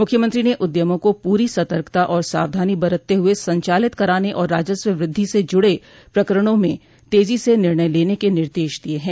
मुख्यमंत्री ने उद्यमों को पूरी सतर्कता और सावधानी बरतते हुए संचालित कराने और राजस्व वृद्धि से जुड़े प्रकरणों में तेजी से निर्णय लेने के निर्देश दिए हैं